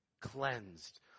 Cleansed